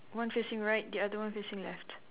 one facing right the other one facing left